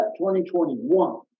2021